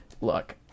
look